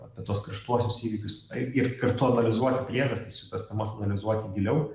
apie tuos karštuosius įvykius taip ir kartu analizuoti priežastis jų tas temas analizuoti giliau